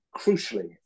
crucially